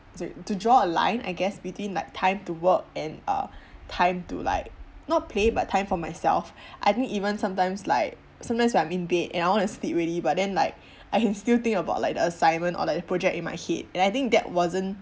to to draw a line I guess between like time to work and uh time to like not play but time for myself I think even sometimes like sometimes when I'm in bed and I want to sleep already but then like I can still think about like the assignment or like the project in my head and I think that wasn't